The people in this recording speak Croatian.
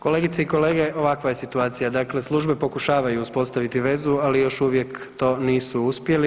Kolegice i kolege ovakva je situacija, dakle službe pokušavaju uspostaviti vezu, ali još uvijek to nisu uspjeli.